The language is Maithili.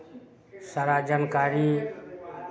सारा जानकारी